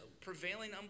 prevailing